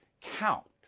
count